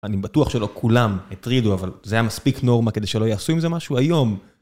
אני בטוח שלא כולם הטרידו, אבל זה היה מספיק נורמה כדי שלא יעשו עם זה משהו היום.